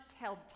held